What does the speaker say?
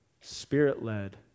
spirit-led